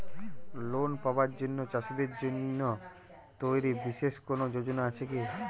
Loan পাবার জন্য চাষীদের জন্য তৈরি বিশেষ কোনো যোজনা আছে কি?